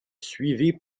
suivies